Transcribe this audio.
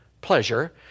pleasure